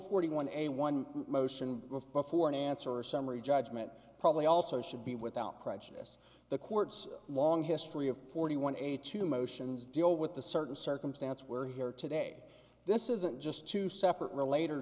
forty one a one motion before an answer a summary judgment probably also should be without prejudice the court's long history of forty one eighty two motions deal with the certain circumstance where here today this isn't just two separate relate